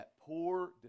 poor